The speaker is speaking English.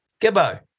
Gibbo